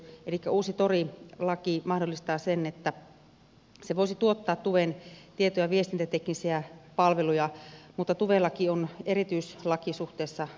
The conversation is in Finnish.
elikkä uusi tori laki mahdollistaa sen että se voisi tuottaa tuven tieto ja viestintäteknisiä palveluja mutta tuve laki on erityislaki suhteessa tori lakiin